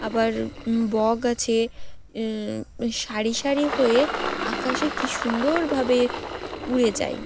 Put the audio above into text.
আবার বক আছে শারি সারি হয়ে আকাশে কি সুন্দরভাবে উড়ে যায়